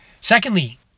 Secondly